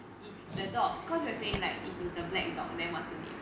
if the dog cause he are saying like if it is the black dog then what to name it